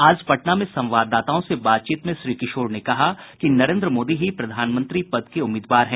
आज पटना में संवाददाताओं से बातचीत में श्री किशोर ने कहा कि नरेन्द्र मोदी ही प्रधानमंत्री पद के उम्मीदवार हैं